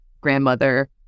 grandmother